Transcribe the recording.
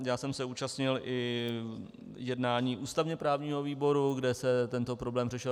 Já jsem se účastnil i jednání ústavněprávního výboru, kde se tento problém řešil.